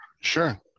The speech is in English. Sure